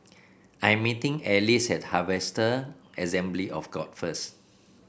I am meeting Alize at Harvester Assembly of God first